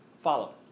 follow